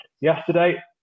yesterday